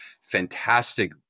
fantastic